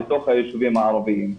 לתוך היישובים הערביים.